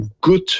good